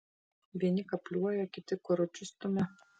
vieni kapliuoja kiti karučius stumia